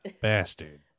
bastard